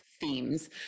themes